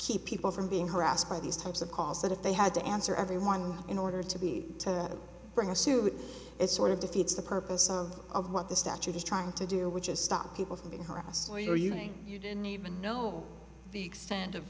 keep people from being harassed by these types of calls that if they had to answer every one in order to be to bring a suit it's sort of defeats the purpose of of what the statute is trying to do which is stop people from being harassed or you're using you didn't even know the extent of